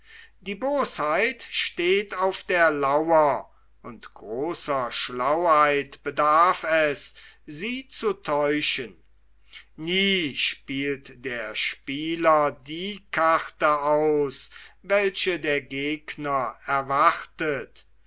die bosheit steht auf der lauer und großer schlauheit bedarf es sie zu täuschen nie spielt der spieler die karte aus welche der gegner erwartet